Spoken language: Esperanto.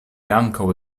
ankaŭ